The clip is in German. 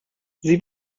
sie